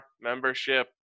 membership